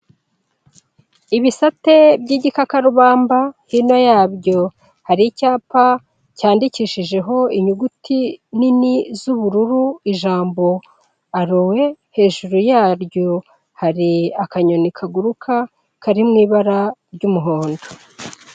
Ibisate by'igikakarubamba hino yabyo hari icyapa cyandikishijeho inyuguti nini z'ubururu ijambo arowe hejuru yaryo hari akanyoni kaguruka kari mu ibara ry'umuhondo.